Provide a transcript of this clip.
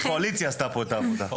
הקואליציה הייתה פה את העבודה.